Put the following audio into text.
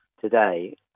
today